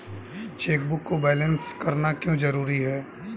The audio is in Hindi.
चेकबुक को बैलेंस करना क्यों जरूरी है?